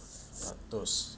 betul